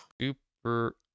Super